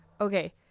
Okay